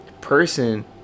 person